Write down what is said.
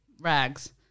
rags